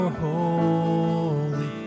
holy